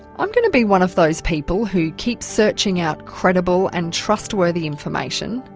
i'm going to be one of those people who keeps searching out credible and trustworthy information,